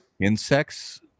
Insects